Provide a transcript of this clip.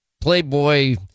Playboy